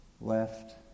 left